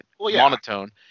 monotone